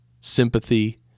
sympathy